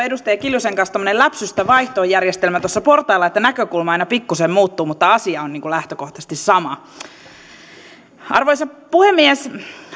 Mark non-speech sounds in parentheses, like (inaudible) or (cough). (unintelligible) edustaja kiljusen kanssa tuommoinen läpsystä vaihto järjestelmä tuossa portailla että näkökulma aina pikkusen muuttuu mutta asia on lähtökohtaisesti sama arvoisa puhemies